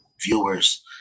viewers